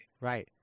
Right